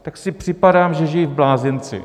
Tak si připadám, že žiji v blázinci.